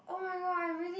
oh-my-god I really